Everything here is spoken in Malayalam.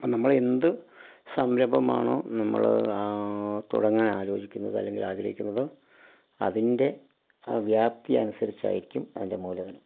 അപ്പോൾ നമ്മളെന്ത് സംരംഭമാണോ നമ്മള് തുടങ്ങാൻ ആലോചിക്കുന്നത് അല്ലെങ്കിൽ ആഗ്രഹിക്കുന്നത് അതിൻ്റെ വ്യാപ്തി അനുസരിച്ചായിരിക്കും അതിൻ്റെ മൂലധനം